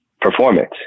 performance